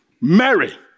Mary